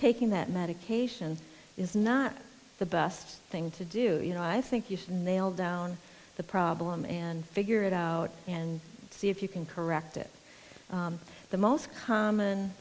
taking that medication is not the best thing to do you know i think you should nail down the problem and figure it out and see if you can correct it the most common